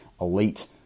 elite